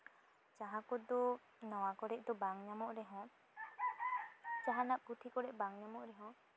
ᱡᱟᱦᱟᱸ ᱠᱚᱫᱚ ᱱᱚᱣᱟ ᱠᱚᱨᱮᱜ ᱫᱚ ᱵᱟᱝ ᱧᱟᱢᱚᱜ ᱨᱮᱦᱚᱸ ᱡᱟᱦᱟᱱᱟᱜ ᱯᱩᱛᱷᱤ ᱠᱚᱨᱮᱜ ᱵᱟᱝ ᱧᱟᱢᱚᱜ ᱨᱮᱦᱚᱸ